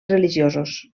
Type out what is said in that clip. religiosos